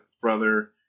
brother